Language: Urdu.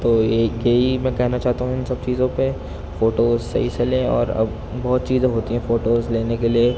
تو یہ یہی میں کہنا چاہتا ہوں ان سب چیزوں پہ فوٹو صحیح سے لیں اور اب بہت چیزیں ہوتی ہیں فوٹوز لینے کے لیے